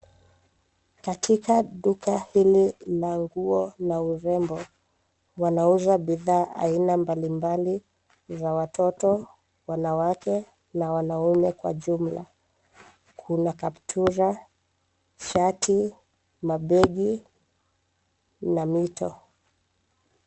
Katika duka hili la nguo la urembo, wanauza bidhaa aina mbalimbali za watoto, wanawake na wanaume kwa jumla. Kuna kaptura, shati, mabegi na mito.